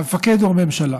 והמפקד הוא הממשלה.